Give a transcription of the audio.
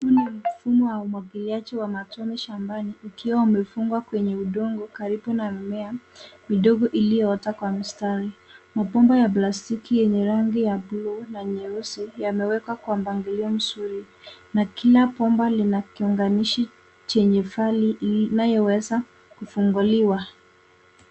Huu ni mfumo wa umwagiliaji wa matone shambani ukiwa umefungwa kwenye udongo karibu na mimea midogo iliyoota kwa mistari. Mabomba ya plastiki yenye rangi ya bluu na nyeusi yamewekwa kwa mpangilio mzuri na kila bomba lina kiunganishi chenye vali inayoweza kufunguliwa.